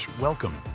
welcome